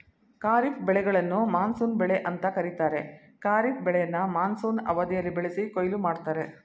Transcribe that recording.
ಖಾರಿಫ್ ಬೆಳೆಗಳನ್ನು ಮಾನ್ಸೂನ್ ಬೆಳೆ ಅಂತ ಕರೀತಾರೆ ಖಾರಿಫ್ ಬೆಳೆಯನ್ನ ಮಾನ್ಸೂನ್ ಅವಧಿಯಲ್ಲಿ ಬೆಳೆಸಿ ಕೊಯ್ಲು ಮಾಡ್ತರೆ